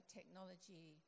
technology